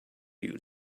you